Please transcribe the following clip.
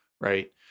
right